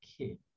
Okay